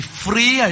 free